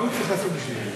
מה הוא צריך לעשות בשביל זה?